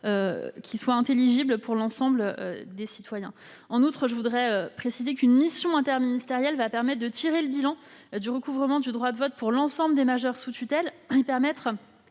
ainsi intelligibles pour l'ensemble des citoyens. En outre, une mission interministérielle va permettre de dresser le bilan du recouvrement du droit de vote pour l'ensemble des majeurs sous tutelle et d'évaluer